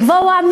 לקבוע,